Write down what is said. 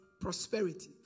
prosperity